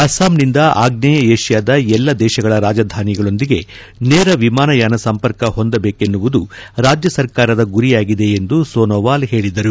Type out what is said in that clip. ಅಸ್ಸಾಂನಿಂದ ಆಗ್ನೇಯ ಏಷ್ಲಾದ ಎಲ್ಲ ದೇಶಗಳ ರಾಜಧಾನಿಗಳೊಂದಿಗೆ ನೇರ ವಿಮಾನಯಾನ ಸಂಪರ್ಕ ಹೊಂದಬೇಕೆನ್ನುವುದು ರಾಜ್ಯ ಸರ್ಕಾರದ ಗುರಿಯಾಗಿದೆ ಎಂದು ಸೋನುವಾಲ ಹೇಳಿದರು